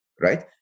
right